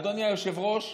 אדוני היושב-ראש,